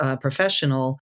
professional